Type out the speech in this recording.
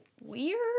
weird